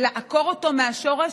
לעקור אותו מהשורש,